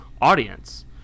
audience